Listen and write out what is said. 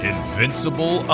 Invincible